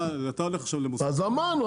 אתה הולך עכשיו למוסך --- אז אמרנו,